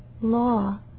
law